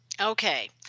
Okay